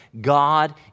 God